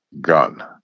gun